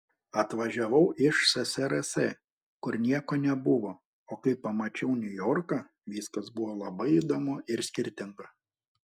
atvažiavau iš ssrs kur nieko nebuvo o kai pamačiau niujorką viskas buvo labai įdomu ir skirtinga